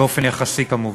באופן יחסי כמובן.